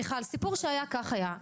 רגע מיכל, סיפור שהיה כך היה.